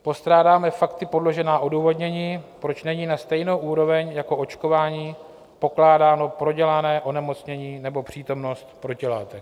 Postrádáme fakty podložená odůvodnění, proč není na stejnou úroveň jako očkování pokládáno prodělané onemocnění nebo přítomnost protilátek.